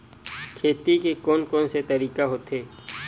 खेती के कोन कोन से तरीका होथे?